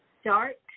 start